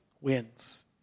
wins